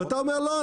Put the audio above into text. ואתה אומר לא,